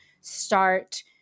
start